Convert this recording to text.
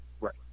Right